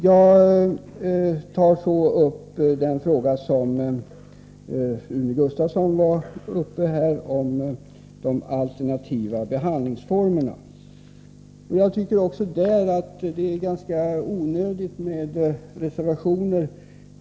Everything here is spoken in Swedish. Jag tar nu upp den fråga som Rune Gustavsson talade om, nämligen de alternativa behandlingsformerna. Också på den punkten tycker jag att det är ganska onödigt med reservationer.